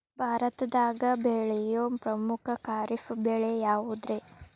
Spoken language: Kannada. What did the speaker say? ಭಾರತದಾಗ ಬೆಳೆಯೋ ಪ್ರಮುಖ ಖಾರಿಫ್ ಬೆಳೆ ಯಾವುದ್ರೇ?